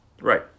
Right